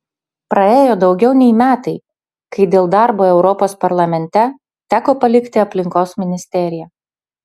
praėjo daugiau nei metai kai dėl darbo europos parlamente teko palikti aplinkos ministeriją